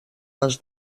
les